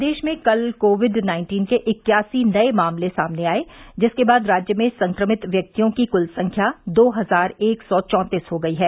प्रदेश में कल Covid nineteen के इक्यासी नए मामले सामने आए जिसके बाद राज्य में संक्रमित व्यक्तियों की कूल संख्या दो हजार एक सौ चौंतीस हो गई है